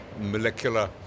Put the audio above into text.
molecular